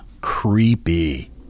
Creepy